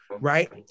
Right